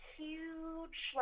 huge